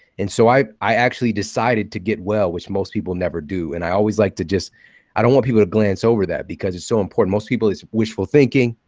and so i i actually decided to get well, which most people never do. and i always like to just i don't want people to glance over that because it's so important. most people, it's wishful thinking,